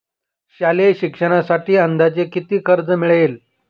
शालेय शिक्षणासाठी अंदाजे किती कर्ज मिळेल?